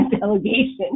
delegation